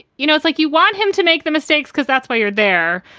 you know, it's like you want him to make the mistakes because that's why you're there.